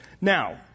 now